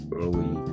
early